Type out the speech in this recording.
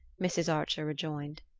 mrs. archer rejoined.